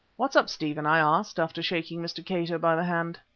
what's up, stephen? i asked, after shaking mr. cato by the hand.